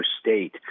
State